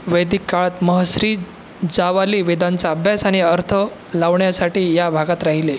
वैदिक काळात महश्री जावाली वेदांचा अभ्यास आणि अर्थ लावण्यासाठी या भागात राहिले